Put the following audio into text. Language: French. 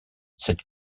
cette